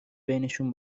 بینشون